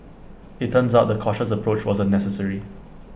IT turns out the cautious approach wasn't necessary